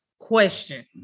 question